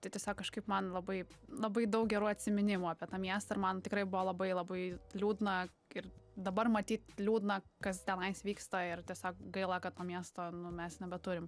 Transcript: tai tiesiog kažkaip man labai labai daug gerų atsiminimų apie tą miestą ir man tikrai buvo labai labai liūdna ir dabar matyt liūdna kas tenais vyksta ir tiesiog gaila kad to miesto nu mes nebeturim